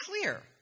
clear